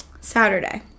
Saturday